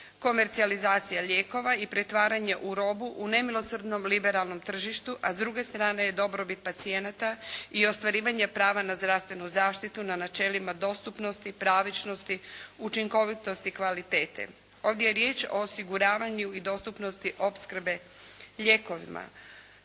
komercijalizacija lijekova i pretvaranje u robu u nemilosrdnom liberalnom tržištu, a s druge strane je dobrobit pacijenata i ostvarivanje prava na zdravstvenu zaštitu na načelima dostupnosti, pravičnosti, učinkovitosti kvalitete. Ovdje je riječ o osiguravanju i dostupnosti opskrbe lijekovima.